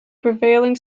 prevailing